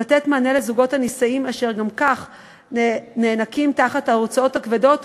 לתת מענה לזוגות הנישאים אשר גם כך נאנקים תחת ההוצאות הכבדות,